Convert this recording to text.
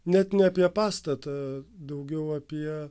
net ne apie pastatą daugiau apie